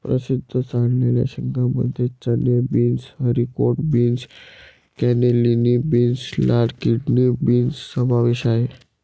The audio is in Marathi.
प्रसिद्ध वाळलेल्या शेंगांमध्ये चणे, beans, haricot beans, cannellini beans, लाल किडनी बीन्स समावेश आहे